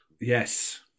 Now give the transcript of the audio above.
Yes